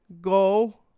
go